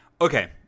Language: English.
Okay